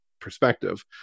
perspective